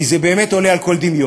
כי זה באמת עולה על כל דמיון.